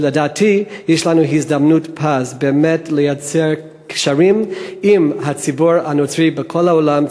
לדעתי יש לנו הזדמנות פז באמת לייצר קשרים עם הציבור הנוצרי בכל העולם,